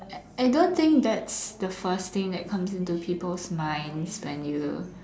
I I don't think that's the first thing that comes into people's minds when you